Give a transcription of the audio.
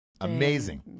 Amazing